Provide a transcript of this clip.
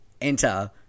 enter